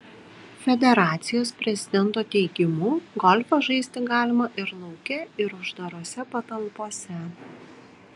federacijos prezidento teigimu golfą žaisti galima ir lauke ir uždarose patalpose